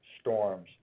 storms